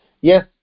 Yes